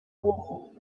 wall